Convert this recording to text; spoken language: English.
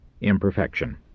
imperfection